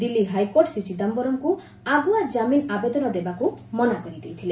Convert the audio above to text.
Delhi high court Shri ଚିଦାୟରମ୍ଙ୍କୁ ଆଗୁଆ ଜାମିନ୍ ଆବେଦନ ଦେବାକୁ ମନା କରିଦେଇଥିଲେ